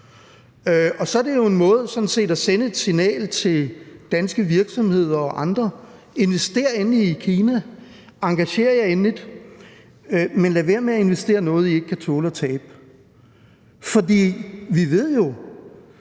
jo sådan set en måde at sende et signal til danske virksomheder og andre på: Invester endelig i Kina, engager jer endelig, men lad være med at investere noget, I ikke kan tåle at tabe. For vi ved jo